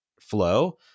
flow